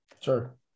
Sure